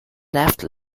left